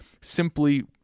simply